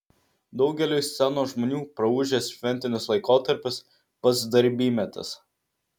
daugeliui scenos žmonių praūžęs šventinis laikotarpis pats darbymetis